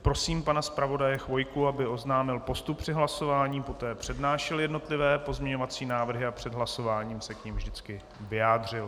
Prosím pana zpravodaje Chvojku, aby oznámil postup při hlasování, poté přednášel jednotlivé pozměňovací návrhy a před hlasováním se k nim vždycky vyjádřil.